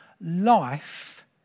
life